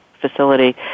facility